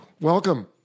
Welcome